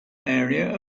area